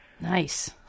Nice